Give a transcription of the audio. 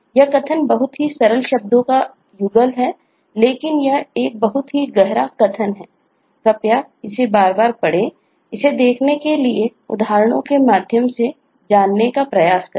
यह कथन बहुत ही सरल शब्दों का युगल है लेकिन यह एक बहुत ही गहरा कथन है और कृपया इसे बार बार पढ़ें इसे देखने के लिए उदाहरणों के माध्यम से जानने का प्रयास करें